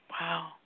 Wow